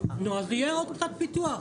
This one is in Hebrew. נו, אז יהיה עוד קצת פיתוח.